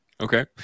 Okay